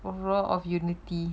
a roar of unity